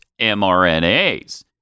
mRNAs